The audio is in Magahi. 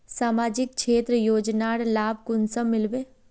सामाजिक क्षेत्र योजनार लाभ कुंसम मिलबे?